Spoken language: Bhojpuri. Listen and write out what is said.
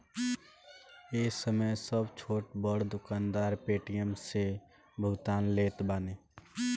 ए समय सब छोट बड़ दुकानदार पेटीएम से भुगतान लेत बाने